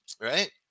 Right